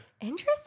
Interesting